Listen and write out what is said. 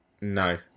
no